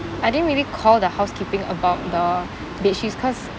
I didn't really call the housekeeping about the bedsheets cause